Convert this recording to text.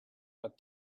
but